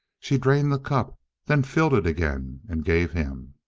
she drained the cup then filled it again and gave him.